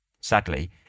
Sadly